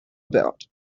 about